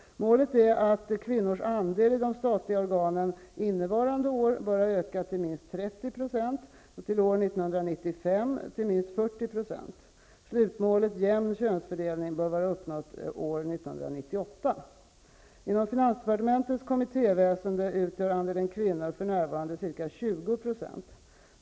Målet är att kvinnors andel i de statliga organen innevarande år bör ha ökat till minst 30 % och till år 1995 till minst 40 %. Slutmålet jämn könsfördelning bör vara uppnått år 1998. Inom finansdepartementets kommittéväsende utgör andelen kvinnor för närvarande ca 20 %.